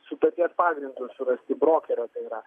sutarties pagrindu surasti brokerio tai yra